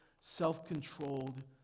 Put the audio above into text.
self-controlled